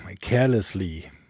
carelessly